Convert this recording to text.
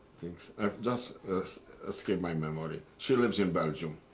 things. it just escape my memory. she lives in belgium.